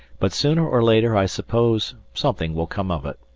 but sooner or later i suppose something will come of it.